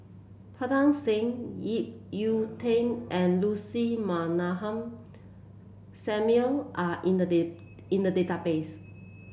Pritam Singh Ip Yiu Tung and Lucy Ratnammah Samuel are in the in the database